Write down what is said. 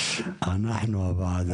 זה אנחנו, הוועדה.